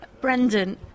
Brendan